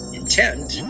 intent